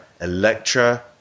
Electra